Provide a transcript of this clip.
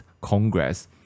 Congress